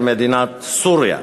היא מדינת סוריה.